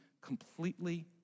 completely